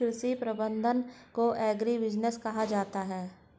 कृषि प्रबंधन को एग्रीबिजनेस कहा जाता है